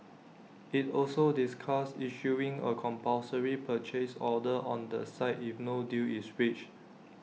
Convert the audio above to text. IT also discussed issuing A compulsory purchase order on the site if no deal is reached